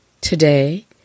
Today